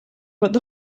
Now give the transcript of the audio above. but